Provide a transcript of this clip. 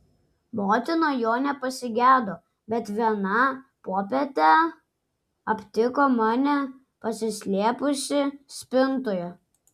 motina jo nepasigedo bet vieną popietę aptiko mane pasislėpusį spintoje